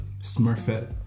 Smurfette